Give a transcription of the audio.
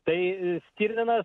tai stirninas